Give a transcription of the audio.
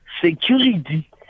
security